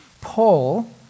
Paul